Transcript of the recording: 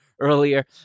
earlier